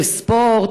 בספורט,